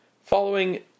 Following